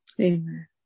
Amen